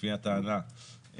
לפי הטענה,